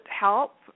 help